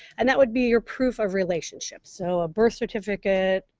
and that would be your proof of relationship so a birth certificate,